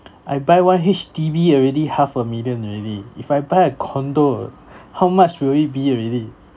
I buy one H_D_B already half a million already if I buy a condo how much will it be already